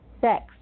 sex